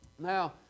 Now